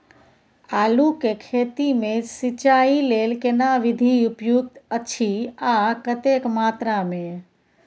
आलू के खेती मे सिंचाई लेल केना विधी उपयुक्त अछि आ कतेक मात्रा मे?